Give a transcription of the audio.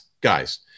guys